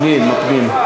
הפנים, הפנים.